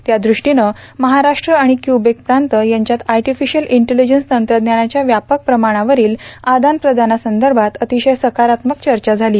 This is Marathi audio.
त्यादृष्टीनं महाराष्ट्र आणि क्युबेक प्रांत यांच्यात आर्टिफिशियल इंटिलिजन्स तंत्रज्ञानाच्या व्यापक प्रमाणावरील आदानप्रदानासंदर्भात अतिशय सकारात्मक चर्चा झाली